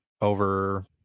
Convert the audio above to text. over